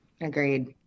agreed